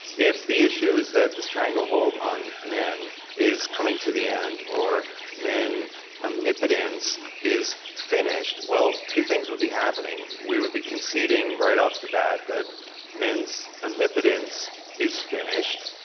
if the issue is that the stranglehold on men is coming to the end or men omnipotence is finished, well, two things would be happening. we would be conceding right off the bat that men's omnipotence is finished,